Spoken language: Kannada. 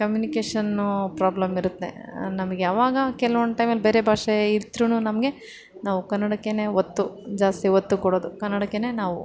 ಕಮ್ಯುನಿಕೇಷನ್ನು ಪ್ರಾಬ್ಲಮ್ಮಿರುತ್ತೆ ನಮಗ್ಯಾವಾಗ ಕೆಲವೊಂದು ಟೈಮಲ್ಲಿ ಬೇರೆ ಭಾಷೆ ಇದ್ರೂನು ನಮಗೆ ನಾವು ಕನ್ನಡಕ್ಕೇ ಒತ್ತು ಜಾಸ್ತಿ ಒತ್ತು ಕೊಡೋದು ಕನ್ನಡಕ್ಕೇ ನಾವು